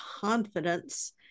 confidence